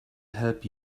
help